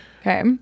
okay